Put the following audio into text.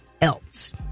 else